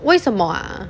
为什么 ah